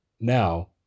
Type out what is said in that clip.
now